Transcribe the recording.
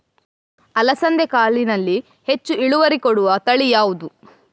ಅಲಸಂದೆ ಕಾಳಿನಲ್ಲಿ ಹೆಚ್ಚು ಇಳುವರಿ ಕೊಡುವ ತಳಿ ಯಾವುದು?